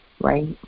right